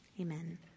Amen